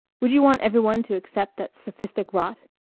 would you want every one to accept that sophistic rot?